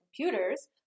computers